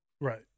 right